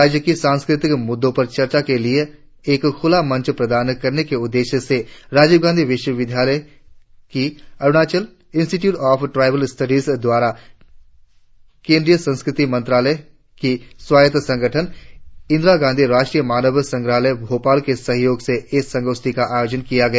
राज्य की सांस्कृतिक मुद्दों पर चर्चा के लिए एक खुला मंच प्रदान करने के उद्देश्य से राजीव गांधी विश्वविद्यालय की Arunachal institute of tribal studies द्वारा केंद्रीय संस्कृति मंत्रालय की स्वायत्त संगठन इंदिरा गांधी राष्ट्रीय मानव संग्रहलय भोपाल के सहयोग से इस संगोष्ठी का आयोजन किया गया